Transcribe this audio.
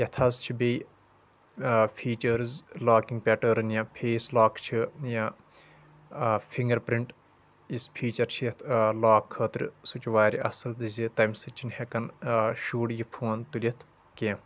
یتھ حظ چھُ بیٚیہِ فیٖچٲرٕز لوکنٛگ پیٹٲرٕن یا فیس لوک چھِ یا آ فنگر پرنٹ یُس فیٖچر چھِ یتھ آ لوک خٲطرٕ سُہ چھِ واریاہ اصل یہِ زِ تمہِ سۭتۍ چھنہٕ ہٮ۪کان آ شُر یہِ فون تُلِتھ کینٛہہ